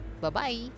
Bye-bye